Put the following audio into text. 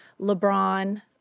LeBron